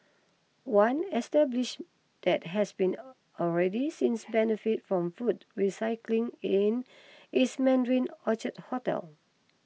one establish that has been already since benefits from food recycling in is Mandarin Orchard hotel